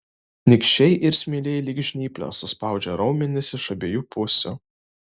nykščiai ir smiliai lyg žnyplės suspaudžia raumenis iš abiejų pusių